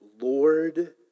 Lord